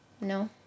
No